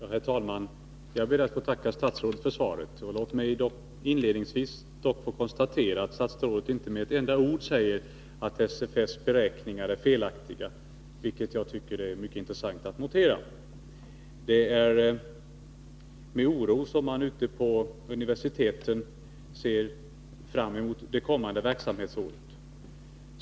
Herr talman! Jag ber att få tacka statsrådet för svaret. Låt mig inledningsvis konstatera att statsrådet inte med ett enda ord säger att SFS beräkningar är felaktiga, vilket jag tycker är mycket intressant att notera. Det är med oro som man ute på universiteten ser fram emot det kommande verksamhetsåret.